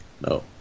No